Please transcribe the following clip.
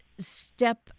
step